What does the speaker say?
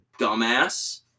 dumbass